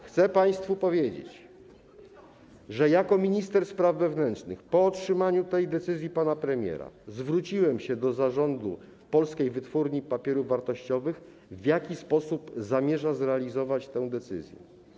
Chcę państwu powiedzieć, że jako minister spraw wewnętrznych, po otrzymaniu tej decyzji pana premiera, zwróciłem się do Zarządu Polskiej Wytwórni Papierów Wartościowych, w jaki sposób zamierza zrealizować tę decyzję.